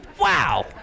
Wow